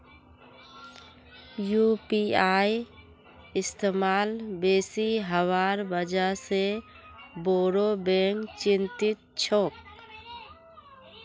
UPI इस्तमाल बेसी हबार वजह से बोरो बैंक चिंतित छोक